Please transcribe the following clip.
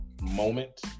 moment